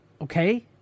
Okay